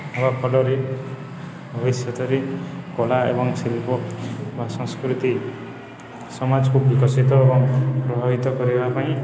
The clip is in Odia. ହେବା ଫଳରେ ଭବିଷ୍ୟତରେ କଳା ଏବଂ ଶିଳ୍ପ ବା ସଂସ୍କୃତି ସମାଜକୁ ବିକଶିତ ଏବଂ ପ୍ରଭାବିତ କରିବା ପାଇଁ